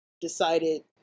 decided